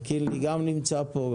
קינלי גם נמצא פה,